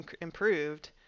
improved